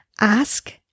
Ask